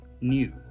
new